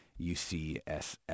UCSF